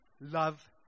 Love